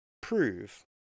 prove